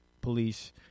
police